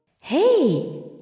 Hey